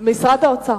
משרד האוצר.